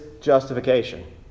justification